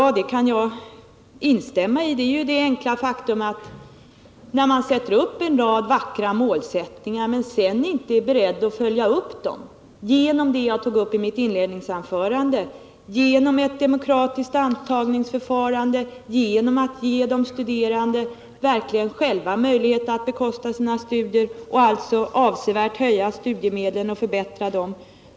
Som exempel kan jag nämna det enkla faktum att man, när man sätter upp vackra målsättningar, inte är beredd att följa dem — som jag nämnde i mitt inledningsanförande — genom ett demokratiskt intagningsförfarande, genom att verkligen ge de studerande själva möjlighet att bekosta sina studier, dvs. avsevärt höja studiemedlen och förbättra dem.